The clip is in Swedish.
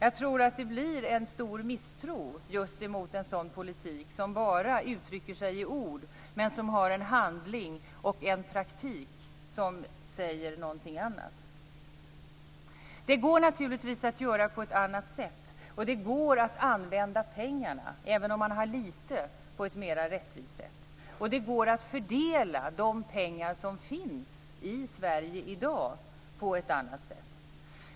Det uppstår en stor misstro mot en politik som bara uttrycks i ord, men som följs av en handling och en praktik som säger någonting annat. Det går naturligtvis att göra på ett annat sätt, och det går att använda pengarna - även om det finns litet - på ett mer rättvist sätt. Och det går att fördela de pengar som finns i Sverige i dag på ett annat sätt.